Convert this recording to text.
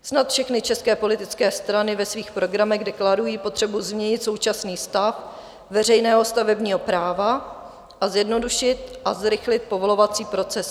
Snad všechny české politické strany ve svých programech deklarují potřebu změnit současný stav veřejného stavebního práva a zjednodušit a zrychlit povolovací procesy.